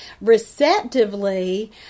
Receptively